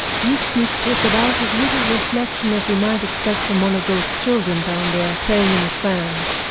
you speak with about as little reflection as we might expect from one of those children down there playing in the sand.